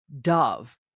Dove